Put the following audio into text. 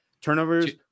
turnovers